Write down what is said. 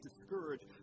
discouraged